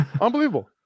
Unbelievable